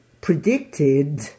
predicted